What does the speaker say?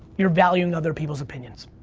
you're valuing other people's opinions.